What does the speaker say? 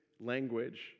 language